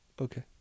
Okay